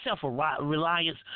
self-reliance